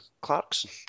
Clarkson